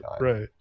right